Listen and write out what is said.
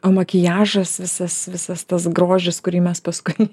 o makiažas visas visas tas grožis kurį mes paskui